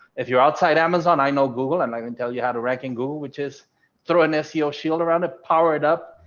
if you're outside amazon, i know google and i can tell you how to rank in google, which is throw an ah seo shield around a powered up,